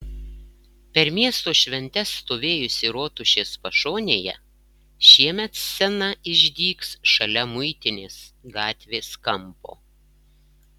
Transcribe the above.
per miesto šventes stovėjusi rotušės pašonėje šiemet scena išdygs šalia muitinės gatvės kampo